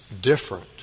different